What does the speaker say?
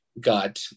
got